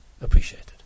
appreciated